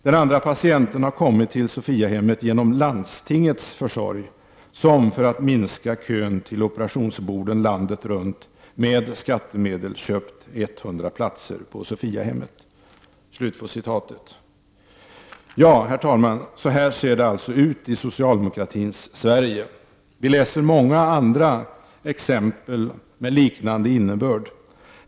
Den andra patienten har kommit till Sophiahemmet genom landstingets försorg som, för att minska kön till operationsborden landet runt, med skattemedel köpt 100 platser på Sophiahemmet.” Så här ser det alltså ut i socialdemokratins Sverige. Det finns många andra liknande exempel.